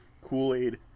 Kool-Aid